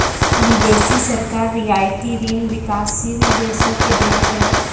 बिदेसी सरकार रियायती ऋण बिकासशील देसो के दै छै